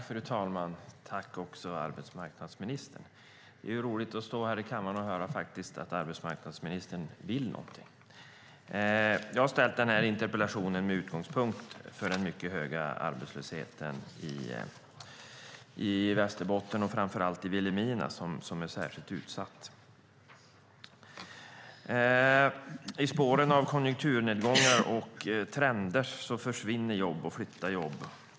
Fru talman! Tack, arbetsmarknadsministern! Det är roligt att stå här i kammaren och höra att arbetsmarknadsministern vill något. Jag har ställt interpellationen med utgångspunkt i den mycket höga arbetslösheten i Västerbotten och framför allt i Vilhelmina, som är särskilt utsatt. I spåren av konjunkturnedgångar och trender försvinner och flyttar jobb.